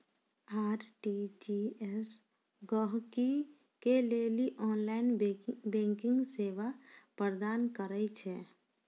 RTGS गहकि के लेली ऑनलाइन बैंकिंग सेवा प्रदान करै छै